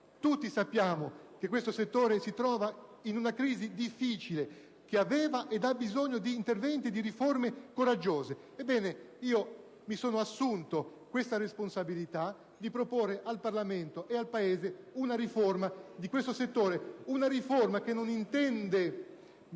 Tutti sappiamo che questo settore si trova in una crisi difficile, che aveva ed ha bisogno di interventi e riforme coraggiosi. Ebbene, io mi sono assunto la responsabilità di proporre al Parlamento e al Paese una riforma che non intende